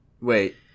Wait